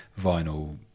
vinyl